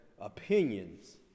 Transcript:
opinions